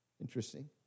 Interesting